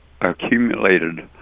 accumulated